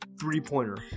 Three-pointer